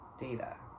Data